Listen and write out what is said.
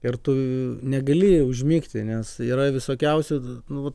ir tu negali užmigti nes yra visokiausių nu vat